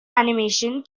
animation